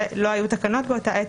ולא היו תקנות באותה עת,